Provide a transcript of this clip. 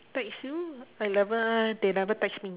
text you they never they never text me